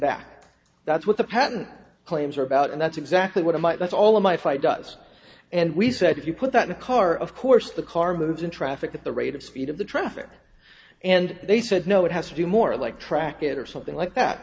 that that's what the patent claims are about and that's exactly what it might that's all of my fight does and we said if you put that in a car of course the car moves in traffic at the rate of speed of the traffic and they said no it has to do more like track it or something like that